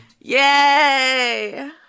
Yay